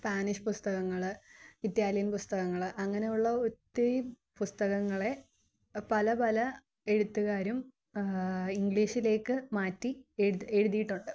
Spanish പുസ്തകങ്ങള് Italian പുസ്തകങ്ങള് അങ്ങനെയുള്ള ഒത്തിരി പുസ്തകങ്ങളെ പലപല എഴുത്തുകാരും ഇംഗ്ലീഷിലേക്ക് മാറ്റി എഴുതിയിട്ടുണ്ട്